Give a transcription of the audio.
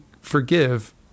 forgive